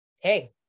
Hey